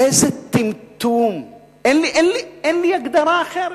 באיזה טמטום, אין לי הגדרה אחרת,